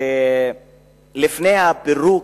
שלפני הפירוק,